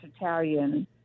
Italian